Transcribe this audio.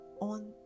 on